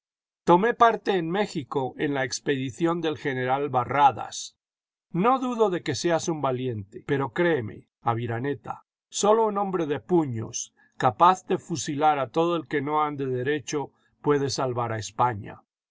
tomé parte en méjico en la expedición del general barradas no dudo de que seas un valiente pero créeme aviraneta sólo un hombre de puños capaz de fusilar a todo el que no ande derecho puede salvar a españa